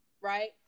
Right